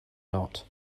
not